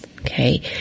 okay